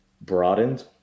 broadened